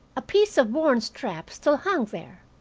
a piece of worn strap still hung there.